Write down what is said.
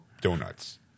donuts